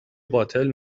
باطل